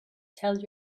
tell